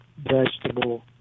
vegetable